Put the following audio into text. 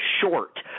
short